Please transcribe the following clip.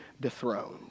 dethroned